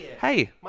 Hey